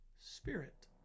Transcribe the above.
Spirit